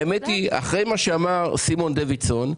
האמת היא שאחרי מה שאמר סימון דוידסון,